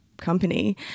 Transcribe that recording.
company